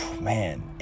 Man